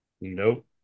Nope